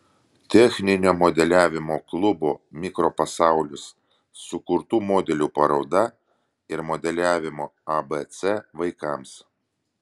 techninio modeliavimo klubo mikropasaulis sukurtų modelių paroda ir modeliavimo abc vaikams